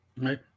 right